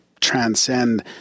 transcend